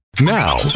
Now